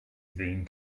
ddyn